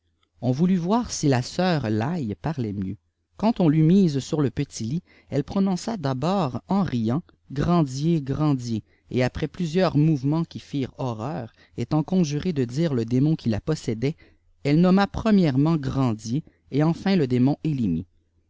on voulut voir si la sœur laye parlait mieux quand on l'eût misé sur le petit lit elle prononça d'abord en riant grandier grandier et après plusieurs mouvements qui firent horreur étant conjurée de dire le démon qui la possédait elle nomma premièrement grandier et enfin le démon